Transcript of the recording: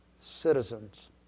citizens